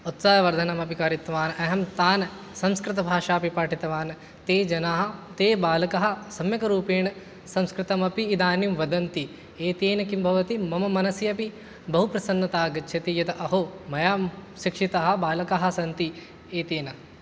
उत्साहवर्धनमपि कारितवान् अहं तान् संस्कृतभाषा अपि पाठितवान् ते जनाः ते बालकाः सम्यक् रूपेण संस्कृतमपि इदानीं वदन्ति एतेन किं भवति मम मनसि अपि बहुप्रसन्नता आगच्छति यत् अहो मया शिक्षिताः बालकाः सन्ति एतेन